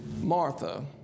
Martha